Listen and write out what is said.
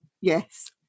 Yes